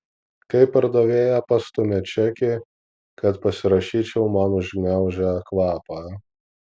kai pardavėja pastumia čekį kad pasirašyčiau man užgniaužia kvapą